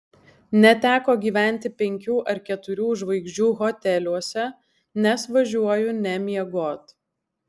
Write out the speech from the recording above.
neteko gyventi penkių ar keturių žvaigždžių hoteliuose nes važiuoju ne miegot